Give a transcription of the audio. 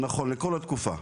נכון, לכל התקופה.